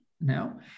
now